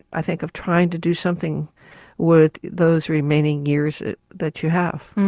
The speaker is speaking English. i think, of trying to do something with those remaining years that you have.